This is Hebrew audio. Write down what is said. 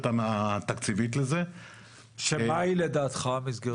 התקציבית לזה --- שמה היא לדעתך המסגרת התקציבית?